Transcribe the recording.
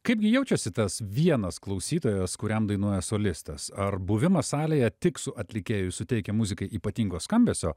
kaipgi jaučiasi tas vienas klausytojas kuriam dainuoja solistas ar buvimas salėje tik su atlikėju suteikia muzikai ypatingo skambesio